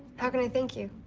how can i thank you?